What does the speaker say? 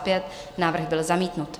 Tento návrh byl zamítnut.